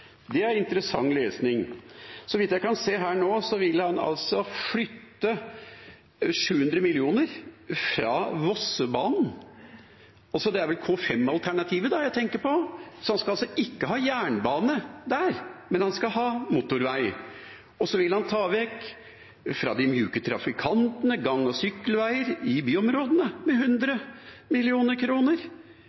Det er interessant lesning. Så vidt jeg kan se her nå, vil han flytte 700 mill. kr fra Vossebanen. Det er vel K5-alternativet han tenker på da. Han vil altså ikke ha jernbane der, men han skal ha motorvei. Så vil han ta fra de mjuke trafikantene 100 mill. kr til gang- og sykkelveier i byområdene.